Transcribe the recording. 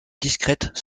discrètes